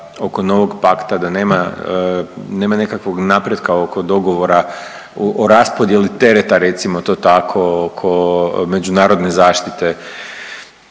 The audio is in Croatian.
nemam nekakvog napretka oko dogovora o raspodjeli tereta, recimo to tako, oko međunarodne zaštite,